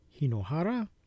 Hinohara